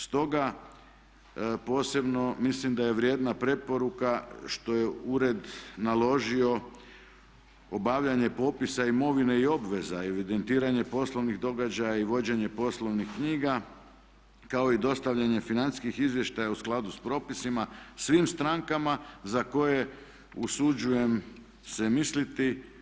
Stoga posebno mislim da je vrijedna preporuka što je ured naložio obavljanje popisa imovine i obveza, evidentiranje poslovnih događaja i vođenje poslovnih knjiga kao i dostavljanje financijskih izvještaja u skladu sa propisima svim strankama za koje usuđujem se misliti.